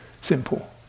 simple